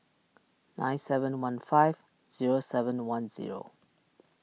nine seven one five zero seven one zero